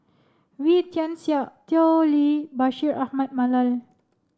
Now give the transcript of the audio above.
Wee Tian Siak Tao Li Bashir Ahmad Mallal